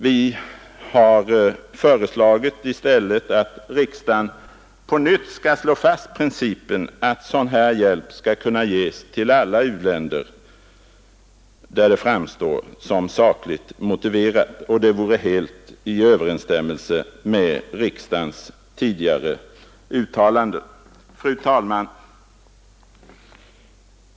Vi har i stället föreslagit att riksdagen på nytt skall slå fast principen att sådan här hjälp skall kunna ges till alla u-länder där det framstår som sakligt motiverat, och det vore helt i överensstämmelse med riksdagens tidigare uttalanden. Fru talman!